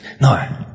No